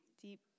deep